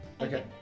Okay